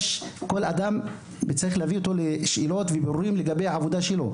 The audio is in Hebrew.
להביא כל אדם לבירורים ושאילת שאלות לגבי העבודה שלו.